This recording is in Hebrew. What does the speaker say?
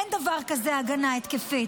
אין דבר כזה הגנה התקפית